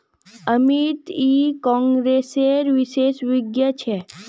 अमित ई कॉमर्सेर विशेषज्ञ छे